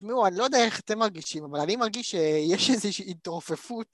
נו, אני לא יודע איך אתם מרגישים, אבל אני מרגיש שיש איזושהי התרופפות.